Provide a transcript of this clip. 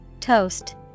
Toast